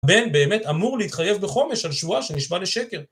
בן באמת אמור להתחייב בחומש על שבועה שנשבע לשקר.